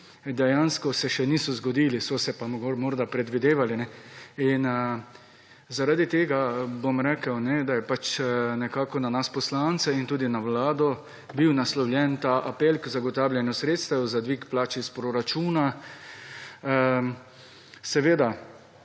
dejansko še niso zgodili, so se pa morda predvidevali. In zaradi tega bom rekel, da je nekako na nas poslance in tudi na Vlado bil naslovljen ta apel k zagotavljanju sredstev za dvig plač iz proračuna. Seveda